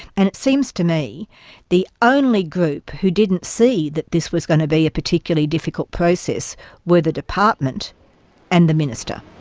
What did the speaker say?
and it seems to me that the only group who didn't see that this was going to be a particularly difficult process were the department and the minister.